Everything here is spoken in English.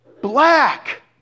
black